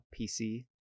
PC